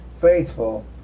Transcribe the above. faithful